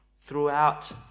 throughout